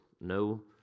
No